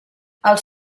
als